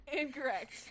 incorrect